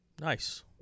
Nice